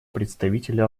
представителю